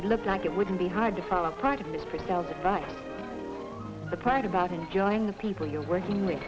it looked like it would be hard to fall apart but the part about enjoying the people you're working with